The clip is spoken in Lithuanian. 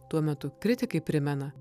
tuo metu kritikai primena